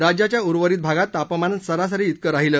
राज्याच्या उर्वरित भागात तापमान सरासरी विकं राहिलं